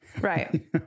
Right